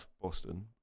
Boston